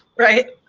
right.